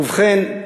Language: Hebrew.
ובכן,